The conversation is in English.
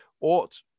ought